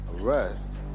Arrest